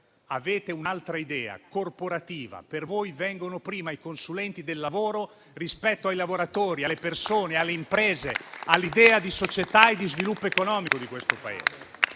Avete un'altra idea, corporativa: per voi vengono prima i consulenti del lavoro rispetto ai lavoratori, alle persone, alle imprese e all'idea di società e di sviluppo economico di questo Paese.